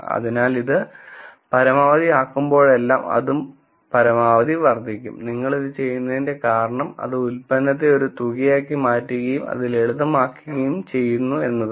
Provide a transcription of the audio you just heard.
അതിനാൽ ഇത് പരമാവധിയാക്കുമ്പോഴെല്ലാം അതും പരമാവധി വർദ്ധിക്കും നിങ്ങൾ ഇത് ചെയ്യുന്നതിന്റെ കാരണം അത് ഉൽപ്പന്നത്തെ ഒരു തുകയാക്കി മാറ്റുകയും അത് ലളിതമാക്കുകയും ചെയ്യുന്നു എന്നതാണ്